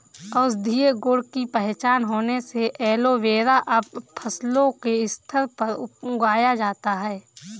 औषधीय गुण की पहचान होने से एलोवेरा अब फसलों के स्तर पर उगाया जाता है